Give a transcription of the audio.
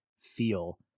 feel